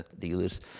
dealers